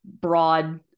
broad